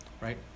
Right